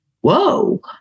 whoa